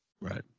Right